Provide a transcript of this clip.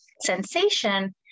sensation